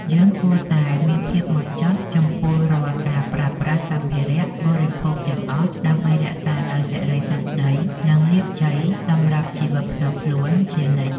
យើងគួរតែមានភាពហ្មត់ចត់ចំពោះរាល់ការប្រើប្រាស់សម្ភារៈបរិភោគទាំងអស់ដើម្បីរក្សានូវសិរីសួស្តីនិងលាភជ័យសម្រាប់ជីវិតផ្ទាល់ខ្លួនជានិច្ច។